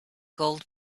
gold